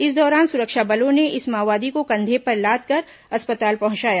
इस दौरान सुरक्षा बलों ने इस माओवादी को कंधे पर लादकर अस्पताल पहुंचाया